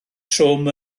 trwm